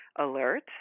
alert